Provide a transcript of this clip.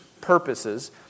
purposes